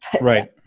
Right